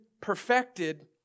perfected